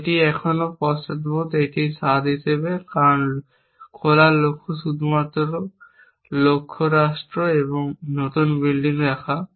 এটি এখনও পশ্চাদপদ একটি স্বাদ হিসাবে কারণ খোলা লক্ষ্য শুধুমাত্র লক্ষ্য রাষ্ট্র এবং নতুন বিল্ডিং রাখা